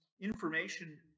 information